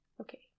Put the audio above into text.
Okay